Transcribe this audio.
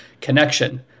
Connection